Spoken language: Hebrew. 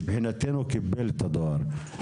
מבחינתנו קיבל את הדואר.